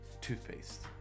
toothpaste